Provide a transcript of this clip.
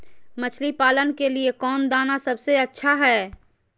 मछली पालन के लिए कौन दाना सबसे अच्छा है?